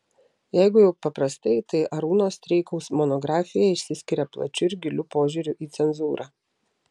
jeigu jau paprastai tai arūno streikaus monografija išsiskiria plačiu ir giliu požiūriu į cenzūrą